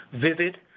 vivid